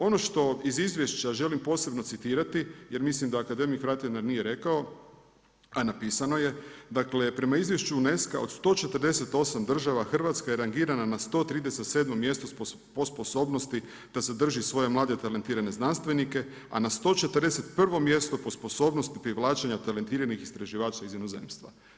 Ono što iz izvješća želim posebno citirati jer mislim da akademik Vretenar nije rekao a napisano je, dakle prema izvješću UNESCO od 148 država Hrvatska je rangirana na 137 mjestu po sposobnosti da zadrži svoje mlade i talentirane znanstvenike a na 141 mjestu po sposobnosti privlačenja talentiranih istraživača iz inozemstva.